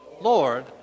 Lord